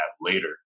later